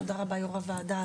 יושב ראש הוועדה,